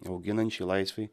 auginančiai laisvei